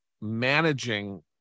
managing